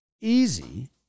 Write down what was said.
easy